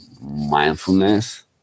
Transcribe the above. mindfulness